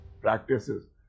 practices